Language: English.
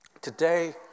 Today